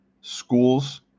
schools